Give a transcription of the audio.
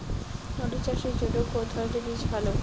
আলু চাষের জন্য কোন ধরণের বীজ ভালো?